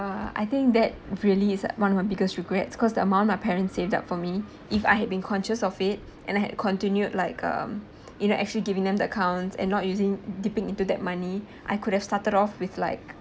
I think that really is one of my biggest regrets because the amount of parents saved up for me if I had been conscious of it and I had continued like um you know actually giving them the accounts and not using dipping into that money I could have started off with like